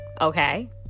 okay